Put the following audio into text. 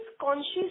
conscious